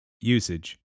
Usage